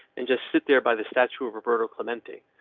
and just sit there by the statue of roberto clemente.